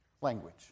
language